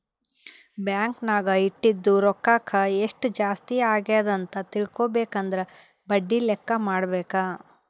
bank ನಾಗ್ ಇಟ್ಟಿದು ರೊಕ್ಕಾಕ ಎಸ್ಟ್ ಜಾಸ್ತಿ ಅಗ್ಯಾದ್ ಅಂತ್ ತಿಳ್ಕೊಬೇಕು ಅಂದುರ್ ಬಡ್ಡಿ ಲೆಕ್ಕಾ ಮಾಡ್ಬೇಕ